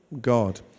God